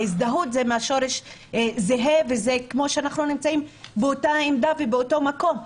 ההזדהות היא מהשורש זהה וזה כמו שאנחנו נמצאים באותה עמדה באותו מקום.